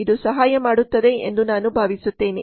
ಇದು ಸಹಾಯ ಮಾಡುತ್ತದೆ ಎಂದು ನಾನು ಭಾವಿಸುತ್ತೇನೆ